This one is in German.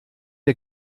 der